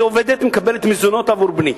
אני עובדת ומקבלת מזונות עבור בני,